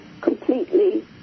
completely